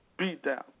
beatdown